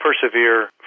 Persevere